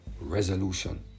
resolution